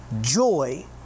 joy